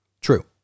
True